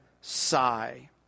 sigh